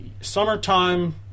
summertime